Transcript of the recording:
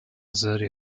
serie